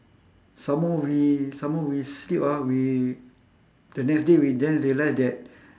some more we some more we sleep ah we the next day we then realised that